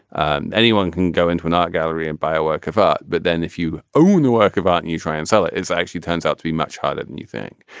and anyone can go into an art gallery and buy a work of art but then if you own a work of art and you try and sell it it's actually turns out to be much harder than you think.